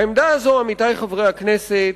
העמדה הזאת, עמיתי חברי הכנסת,